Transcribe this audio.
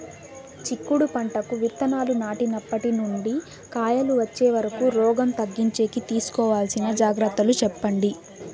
చిక్కుడు పంటకు విత్తనాలు నాటినప్పటి నుండి కాయలు వచ్చే వరకు రోగం తగ్గించేకి తీసుకోవాల్సిన జాగ్రత్తలు చెప్పండి?